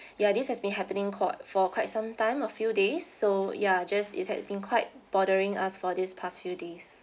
ya this has been happening got for quite some time a few days so ya just it had been quite bothering us for these past few days